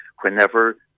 whenever